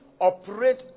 operate